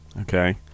Okay